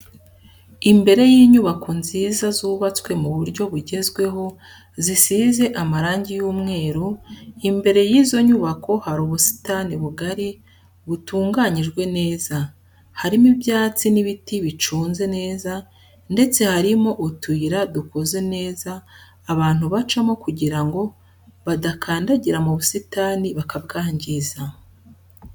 Imbere y'inyubako nziza zubatswe mu buryo bugezweho zisize amarangi y'umweru, imbere y'izo nyubako hari ubusitani bugari butunganyijwe neza, harimo ibyatsi n'ibiti biconze neza ndetse harimo utuyira dukoze neza abantu bacamo kugira ngo badakandagira mu busitani bakabwangiza.